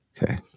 Okay